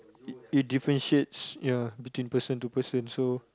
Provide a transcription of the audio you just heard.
it it differentiates ya between person to person so